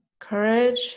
Courage